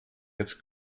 jetzt